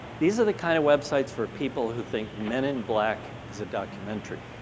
these are the kind of websites for people who think men in black is a documentary.